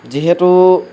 যিহেতু